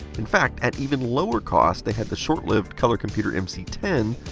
in fact, at even lower cost, they had the short-lived color computer mc ten,